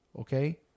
okay